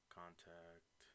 contact